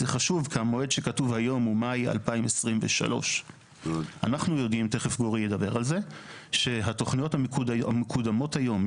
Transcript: זה חשוב כי המועד שכתוב היום הוא מאי 2023. אנחנו יודעים שהתוכניות המקודמות היום,